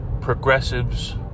progressives